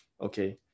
Okay